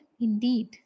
indeed